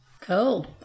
Cool